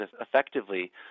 effectively